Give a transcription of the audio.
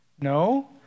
No